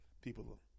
people